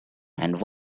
and